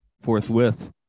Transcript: forthwith